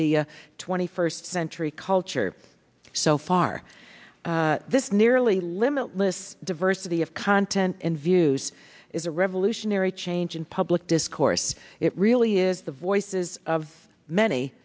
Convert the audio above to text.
the twenty first century culture so far this nearly limitless diversity of content and views is a revolutionary change in public discourse it really is the voices of many